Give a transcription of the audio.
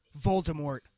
Voldemort